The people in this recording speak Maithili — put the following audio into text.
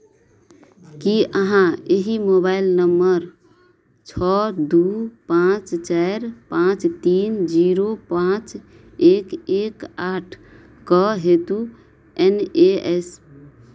की अहाँ एहि मोबाइल नम्बर छओ दू पाँच चारि पाँच तीन जीरो पाँच एक एक आठके हेतु एन ए एस